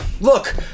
Look